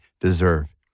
deserve